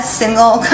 single